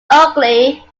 ugly